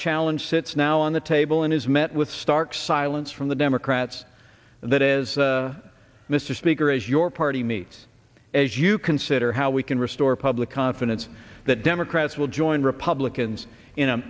challenge sits now on the table and is met with stark silence from the democrats that is mr speaker as your party meets as you consider how we can restore public confidence that democrats will join republicans